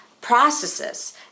processes